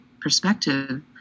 perspective